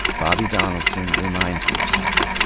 bobby donaldson reminds me of something.